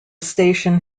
station